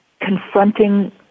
confronting